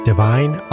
Divine